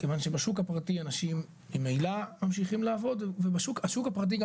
כיוון שבשוק הפרטי אנשים ממילא ממשיכים לעבוד והשוק הפרטי גם